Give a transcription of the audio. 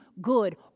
good